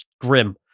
grim